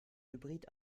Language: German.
hybrid